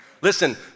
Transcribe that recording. Listen